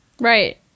right